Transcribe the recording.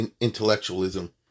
intellectualism